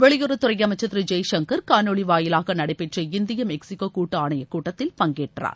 வெளியுறவுத்துறை அமைச்சர் திரு ஜெய்சங்கர் காணொலி வாயிலாக நடைபெற்ற இந்திய மெக்ஸிகோ கூட்டு ஆணையக் கூட்டத்தில் பங்கேற்றார்